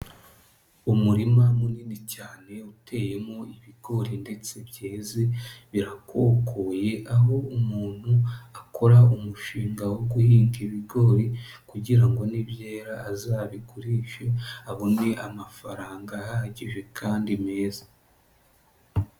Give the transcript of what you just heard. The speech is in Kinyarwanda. Umurima munini cyane uteyemo ibigori ndetse byeze, birakokoye, aho umuntu akora umushinga wo guhinga ibigori kugira ngo nibyera azabiguri, abone amafaranga ahagije kandi meza.